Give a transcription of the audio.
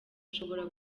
ashobora